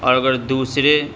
اور اگر دوسرے